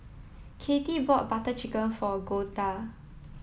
Kathie bought Butter Chicken for Golda